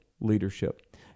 leadership